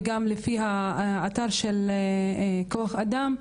וגם לפי האתר של כוח אדם,